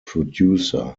producer